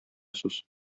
сүз